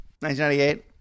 1998